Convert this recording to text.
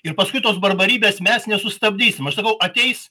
ir paskui tos barbarybės mes nesustabdysim aš sakau ateis